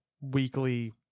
weekly